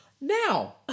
Now